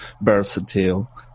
versatile